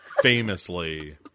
Famously